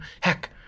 heck